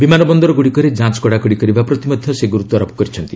ବିମାନବନ୍ଦରଗୁଡ଼ିକରେ ଯାଞ୍ଚ କଡ଼ାକଡ଼ି କରିବା ପ୍ରତି ମଧ୍ୟ ସେ ଗୁରୁତ୍ୱାରୋପ କରିଛନ୍ତି